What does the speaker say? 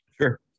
Sure